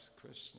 Krishna